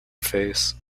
face